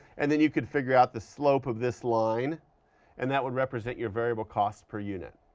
and then you can figure out the slope of this line and that would represent your variable cost per unit,